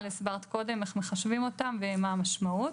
הסבירה קודם איך מחשבים אותם ומה המשמעות.